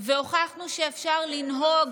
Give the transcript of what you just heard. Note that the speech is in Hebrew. והוכחנו שאפשר לנהוג